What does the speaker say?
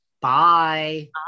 Bye